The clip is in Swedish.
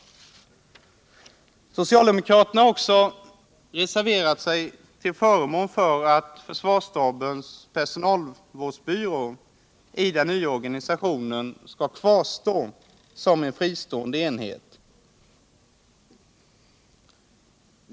Vi socialdemokrater har också reserverat oss till förmån för att försvarsstabens personalvårdsbyrå i den nya organisationen skall kvarstå som en fristående enhet.